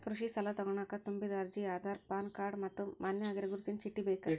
ಕೃಷಿ ಸಾಲಾ ತೊಗೋಣಕ ತುಂಬಿದ ಅರ್ಜಿ ಆಧಾರ್ ಪಾನ್ ಕಾರ್ಡ್ ಮತ್ತ ಮಾನ್ಯ ಆಗಿರೋ ಗುರುತಿನ ಚೇಟಿ ಬೇಕ